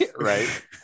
Right